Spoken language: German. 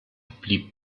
blieb